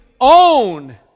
own